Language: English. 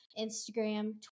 Instagram